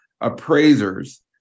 appraisers